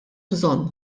bżonn